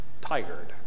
Tired